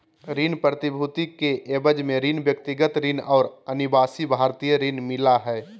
ऋण प्रतिभूति के एवज में ऋण, व्यक्तिगत ऋण और अनिवासी भारतीय ऋण मिला हइ